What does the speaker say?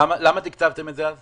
למה תקצבתם את זה אז